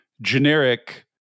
generic